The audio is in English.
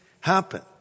happen